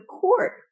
court